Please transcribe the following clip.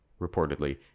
reportedly